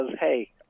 Hey